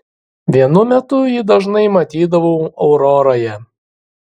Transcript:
vienu metu jį dažnai matydavau auroroje